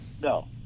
No